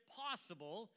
possible